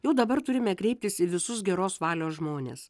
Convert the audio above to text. jau dabar turime kreiptis į visus geros valios žmones